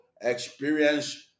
experience